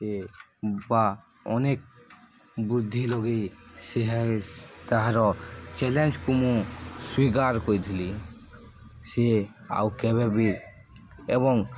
ବା ଅନେକ ବୃଦ୍ଧି ଲଗେଇ ସେ ତାହାର ଚ୍ୟାଲେଞ୍ଜକୁ ମୁଁ ସ୍ଵୀକାର କରିଥିଲି ସିଏ ଆଉ କେବେବି ଏବଂ